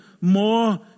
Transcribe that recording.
more